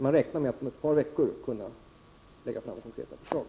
Man räknar med att om ett par veckor kunna lägga fram konkreta förslag.